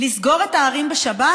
לסגור את הערים בשבת?